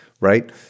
right